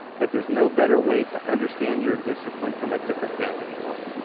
but there's no better way to understand your discipline from a different vantage point.